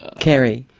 kerrie?